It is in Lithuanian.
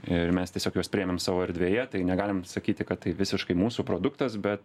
ir mes tiesiog juos priėmėm savo erdvėje tai negalim sakyti kad tai visiškai mūsų produktas bet